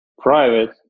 private